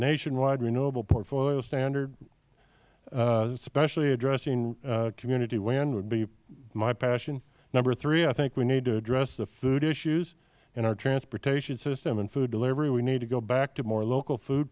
nationwide renewable portfolio standard especially addressing community wind would be my passion number three i think we need to address the food issues in our transportation system and food delivery we need to go back to more local food